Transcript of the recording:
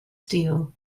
steel